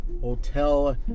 hotel